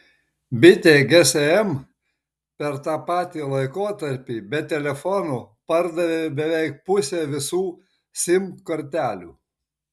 bitė gsm per tą patį laikotarpį be telefonų pardavė beveik pusę visų sim kortelių